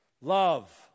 love